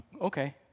Okay